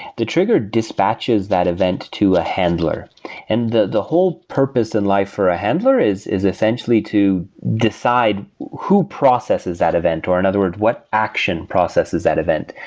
the trigger dispatches that event to a handler and the the whole purpose in life for a handler is is essentially to decide who processes that event, or in and other words what action processes that event.